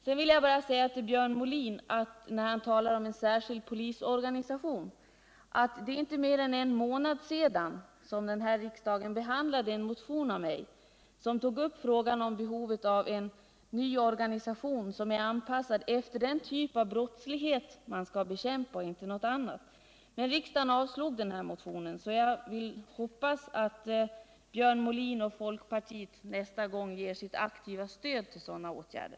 Sedan vill jag säga till Björn Molin, när han talar om en särskild polisorganisation, att det inte är mer än månad sedan som riksdagen behandlade en motion av mig, där jag tog upp frågan om behovet av en ny organisation som är anpassad efter den typ av brottslighet den skall bekämpa och inte något annat. Riksdagen avslog dock denna motion. Jag hoppas att Björn Molin och folkpartiet nästa gång ger sitt aktiva stöd till sådana åtgärder.